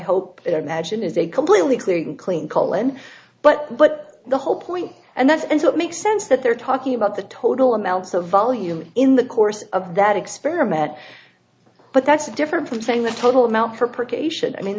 clean clean colon but but the whole point and that's and so it makes sense that they're talking about the total amounts of volume in the course of that experiment but that's different from saying the total amount for